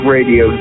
Radio